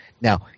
Now